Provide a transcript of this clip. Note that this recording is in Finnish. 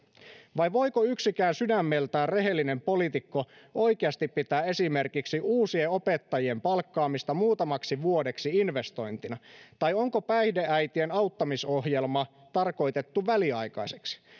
vai voiko yksikään sydämeltään rehellinen poliitikko oikeasti pitää esimerkiksi uusien opettajien palkkaamista muutamaksi vuodeksi investointina tai onko päihdeäitien auttamisohjelma tarkoitettu väliaikaiseksi